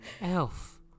Elf